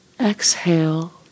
Exhale